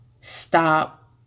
stop